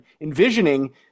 envisioning